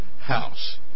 house